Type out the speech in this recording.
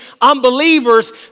unbelievers